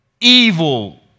evil